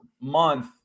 month